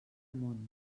món